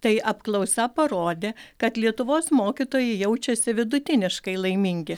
tai apklausa parodė kad lietuvos mokytojai jaučiasi vidutiniškai laimingi